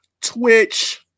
Twitch